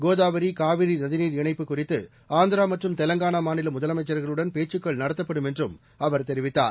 கோதாவரி காவிரி நதிநீர் இணைப்பு குறித்து ஆந்திரா மற்றும் தெலங்கானா மாநில முதலமைச்சர்களுடன் பேச்சுக்கள் நடத்தப்படும் என்றும் அவர் தெரிவித்தார்